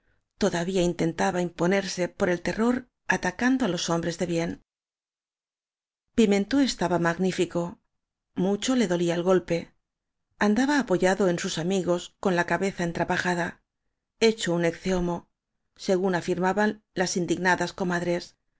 todavía intentaba imponerse por el terror ata cando á los hombres de bien pimentó estaba magnífico mucho le dolía el golpe andaba apoyado en bus amigos con la cabeza entrapajada hecho un eece homo se gún afirmaban las indignadas comadres